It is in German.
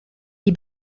die